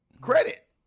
credit